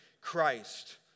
Christ